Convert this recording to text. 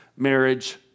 Marriage